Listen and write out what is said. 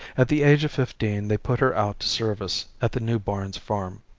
at the age of fifteen they put her out to service at the new barns farm.